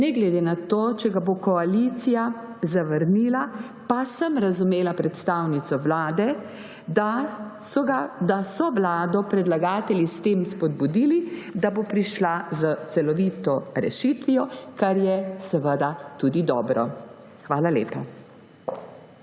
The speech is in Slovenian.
Ne glede na to, ali ga bo koalicija zavrnila, pa sem razumela predstavnico Vlade, da so Vlado predlagatelji s tem spodbudili, da bo prišla s celovito rešitvijo, kar je seveda tudi dobro. Hvala lepa.